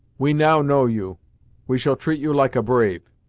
we now know you we shall treat you like a brave.